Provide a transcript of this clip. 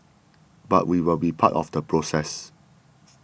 but we will be part of the process